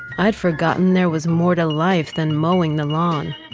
i'd forgotten there was more to life than mowing the lawn